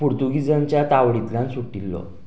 पोर्तुगिजांच्या तावडींतल्यान सुटिल्लो